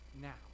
now